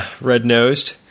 red-nosed